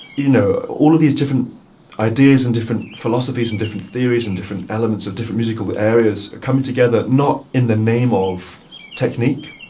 you know, all of these different ideas and different philosophies and different theories and different elements of different musical areas coming together not in the name of technique,